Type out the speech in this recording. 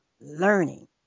learning